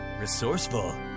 resourceful